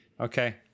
Okay